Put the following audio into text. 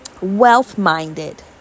wealth-minded